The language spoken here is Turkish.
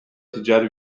ticari